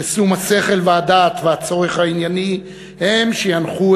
ששום השכל והדעת והצורך הענייני הם שינחו